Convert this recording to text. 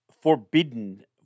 forbidden